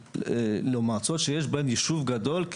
שיש בהן ישוב גדול,